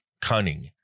cunning